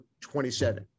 27